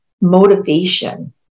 motivation